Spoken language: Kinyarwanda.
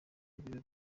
ibiro